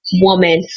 woman